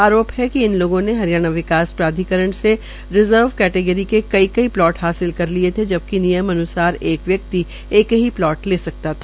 आरोप है कि इन लोगों ने हरियाणा विकास प्राधिकरण से रिवर्ज कैटेगरी के कई कई प्लॉट हासिल कर लिये थे जबकि नियमनुसार एक व्यक्ति एक ही प्लॉट ले सकता है